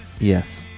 yes